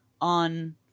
on